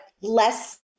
less